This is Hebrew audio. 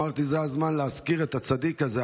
אמרתי שזה הזמן להזכיר את הצדיק הזה,